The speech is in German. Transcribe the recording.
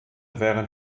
während